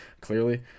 clearly